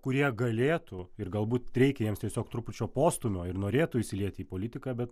kurie galėtų ir galbūt reikia jiems tiesiog trupučio postūmio ir norėtų įsilieti į politiką bet